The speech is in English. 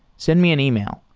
send me an email,